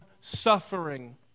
suffering